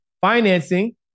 financing